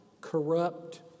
corrupt